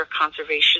conservation